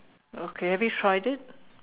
okay have you tried it